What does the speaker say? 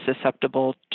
susceptible